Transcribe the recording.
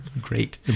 great